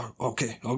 Okay